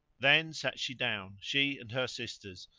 then sat she down, she and her sisters,